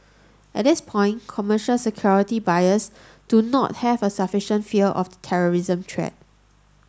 at this point commercial security buyers do not have a sufficient fear of the terrorism treat